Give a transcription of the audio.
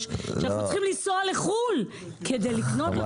ואנחנו צריכים לנסוע לחו"ל כדי לקנות אותם.